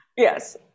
Yes